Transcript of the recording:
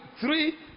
three